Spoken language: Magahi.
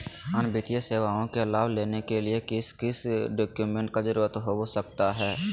अन्य वित्तीय सेवाओं के लाभ लेने के लिए किस किस डॉक्यूमेंट का जरूरत हो सकता है?